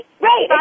Right